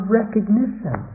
recognition